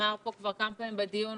שנאמר פה כבר פעמים בדיון,